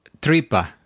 tripa